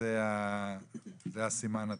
זה הסימן הטוב.